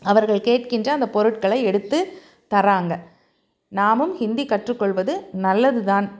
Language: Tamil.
அவர்கள் கேட்கின்ற அந்த பொருட்களை எடுத்து தராங்க நாமும் ஹிந்தி கற்றுக்கொள்வது நல்லது தான்